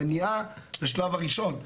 המניעה בשלב הראשון,